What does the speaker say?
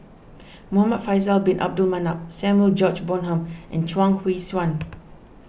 Muhamad Faisal Bin Abdul Manap Samuel George Bonham and Chuang Hui Tsuan